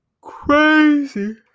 Crazy